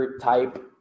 type